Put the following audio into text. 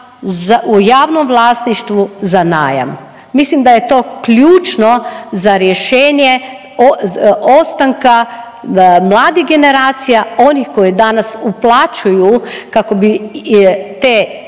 u javnom vlasništvu za najam. Mislim da je to ključno za rješenje ostanka mladih generacija, onih koji danas uplaćuju kako bi te